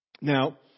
Now